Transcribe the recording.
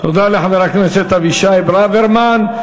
תודה רבה לחבר הכנסת אבישי ברוורמן.